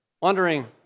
wondering